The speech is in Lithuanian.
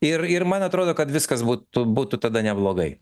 ir ir man atrodo kad viskas būtų būtų tada neblogai